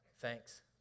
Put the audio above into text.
Thanks